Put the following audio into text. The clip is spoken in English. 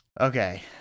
Okay